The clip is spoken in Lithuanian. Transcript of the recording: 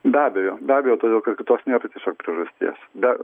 be abejo be abejo todėl kad kitos nėra tiesiog priežasties be